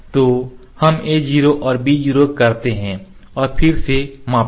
तो तो हम a0 और b0 करते हैं और इसे फिर से मापें